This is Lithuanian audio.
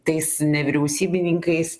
tais nevyriausybininkais